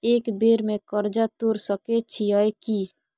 एक बेर में कर्जा तोर सके छियै की?